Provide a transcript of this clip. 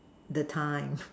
the time